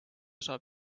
saab